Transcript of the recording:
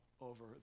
over